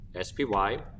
SPY